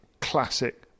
classic